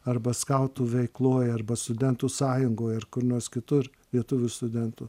arba skautų veikloj arba studentų sąjungoj ar kur nors kitur lietuvių studentų